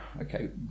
okay